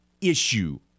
issue